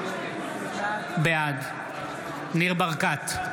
בעד ניר ברקת,